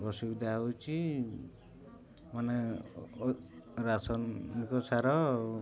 ଅସୁବିଧା ହେଉଛି ମାନେ ରାସୟନିକ ସାର